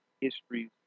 histories